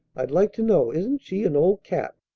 i'd like to know? isn't she an old cat?